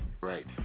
Right